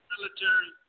military